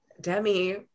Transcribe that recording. Demi